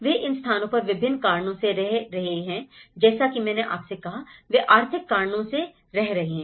वे इन स्थानों पर विभिन्न कारणों से रह रहे हैं जैसा कि मैंने आपसे कहा वे आर्थिक कारणों से रह रहे हैं